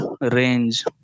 range